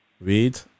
Read